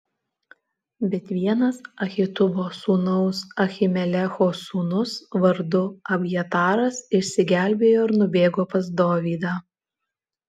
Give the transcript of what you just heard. bet vienas ahitubo sūnaus ahimelecho sūnus vardu abjataras išsigelbėjo ir nubėgo pas dovydą